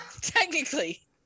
Technically